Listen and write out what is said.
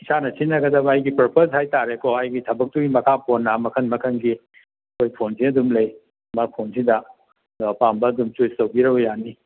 ꯏꯁꯥꯅ ꯁꯤꯖꯤꯟꯅꯒꯗꯕ ꯑꯩꯒꯤ ꯄꯔꯄꯁ ꯍꯥꯏ ꯇꯥꯔꯦꯀꯣ ꯑꯩꯒꯤ ꯊꯕꯛꯇꯨꯒꯤ ꯃꯈꯥ ꯄꯣꯟꯅ ꯃꯈꯟ ꯃꯈꯟꯒꯤ ꯑꯩꯈꯣꯏ ꯐꯣꯟꯁꯦ ꯑꯗꯨꯝ ꯂꯩ ꯃꯐꯝꯁꯤꯗ ꯅꯣꯏ ꯑꯄꯥꯝꯕ ꯑꯗꯨꯝ ꯆꯨꯁ ꯇꯧꯕꯤꯔꯕ ꯌꯥꯅꯤ